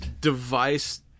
device